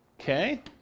Okay